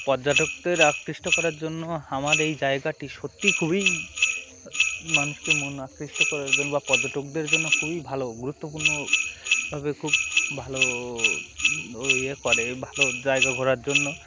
পর্যটকদের আকৃষ্ট করার জন্য আমার এই জায়গাটি সত্যিই খুবই মানুষকে মন আকৃষ্ট করার জন্য বা পর্যটকদের জন্য খুবই ভালো গুরুত্বপূর্ণভাবে খুব ভালো ইয়ে করে ভালো জায়গা ঘোরার জন্য